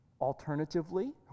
Alternatively